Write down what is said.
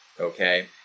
Okay